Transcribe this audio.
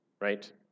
right